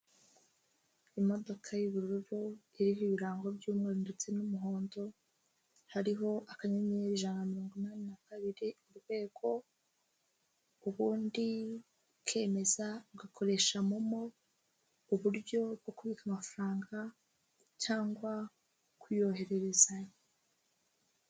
Imodoka y'ubururu iriho ibirango by'mweru ndetse n'umuhondo, hariho akannyeri ijana na mirongo inani na kabiri urwego, ubundi ukemeza, ugakoresha MOMO, uburyo bwo kubika amafaranga cyangwa kuyohererezanya.